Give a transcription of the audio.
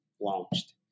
launched